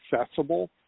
accessible